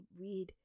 read